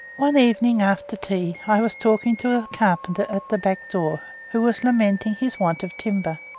one evening after tea i was talking to a carpenter at the back door, who was lamenting his want of timber.